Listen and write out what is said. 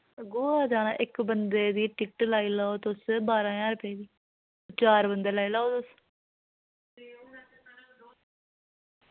गोआ जाना इक बंदे दी टिकट लाई लाओ तुस बारां ज्हार रपे दी चार बंदे लाई लाओ तुस